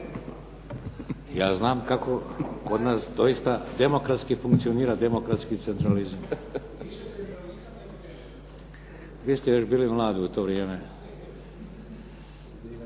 Ja znam kako kod nas doista demokratski funkcionira demokratski centralizam. …/Upadica se ne čuje./… Vi ste još bili mladi u to vrijeme.